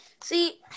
See